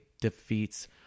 defeats